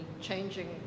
changing